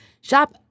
Shop